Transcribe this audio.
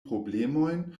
problemojn